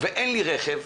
ואין לי רכב,